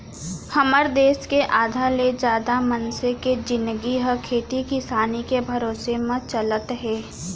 हमर देस के आधा ले जादा मनसे के जिनगी ह खेती किसानी के भरोसा म चलत हे